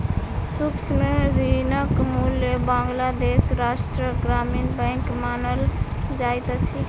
सूक्ष्म ऋणक मूल बांग्लादेश राष्ट्रक ग्रामीण बैंक मानल जाइत अछि